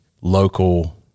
local